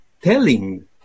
telling